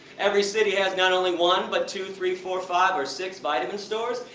every city has not only one, but two, three, four, five or six vitamin stores?